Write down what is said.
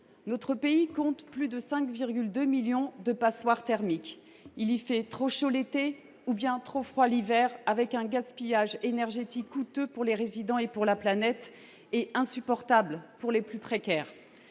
Notre pays compte plus de 5,2 millions de passoires thermiques. Il y fait trop chaud l’été, ou bien trop froid l’hiver, et le gaspillage énergétique induit est coûteux tant pour les résidents que pour la planète et même insupportable pour les plus précaires.